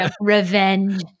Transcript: Revenge